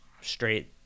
straight